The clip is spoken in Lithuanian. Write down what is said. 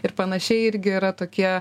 ir panašiai irgi yra tokie